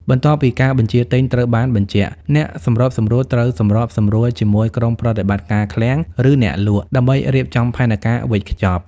បន្ទាប់ពីការបញ្ជាទិញត្រូវបានបញ្ជាក់ អ្នកសម្របសម្រួលត្រូវសម្របសម្រួលជាមួយក្រុមប្រតិបត្តិការឃ្លាំង ឬអ្នកលក់ ដើម្បីរៀបចំផែនការវេចខ្ចប់។